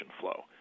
flow